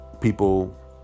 people